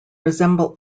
resemble